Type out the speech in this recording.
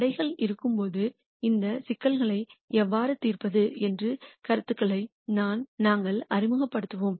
தடைகள் இருக்கும்போது இந்த சிக்கல்களை எவ்வாறு தீர்ப்பது என்ற கருத்துக்களை நாங்கள் அறிமுகப்படுத்துவோம்